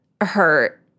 hurt